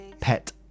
pet